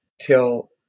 till